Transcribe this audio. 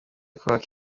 kubaka